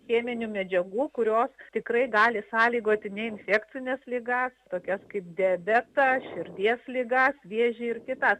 cheminių medžiagų kurios tikrai gali sąlygoti neinfekcines ligas tokias kaip diabetą širdies ligą vėžį ir kitą